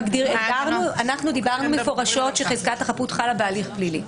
אנחנו אמרנו מפורשות שחזקת החפות חלה בהליך פלילי.